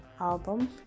album